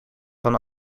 van